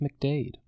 McDade